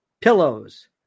pillows